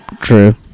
True